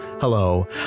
Hello